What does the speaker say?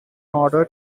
order